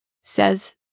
says